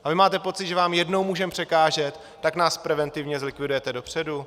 A vy máte pocit, že vám jednou můžeme překážet, tak nás preventivně zlikvidujete dopředu?